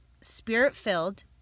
spirit-filled